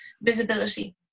visibility